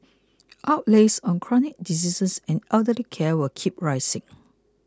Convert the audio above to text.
outlays on chronic diseases and elderly care will keep rising